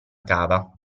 cava